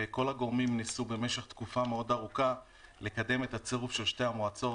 וכל הגורמים ניסו במשך תקופה מאוד ארוכה לקדם את הצירוף של שתי המועצות